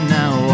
now